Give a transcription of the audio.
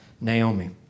Naomi